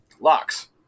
locks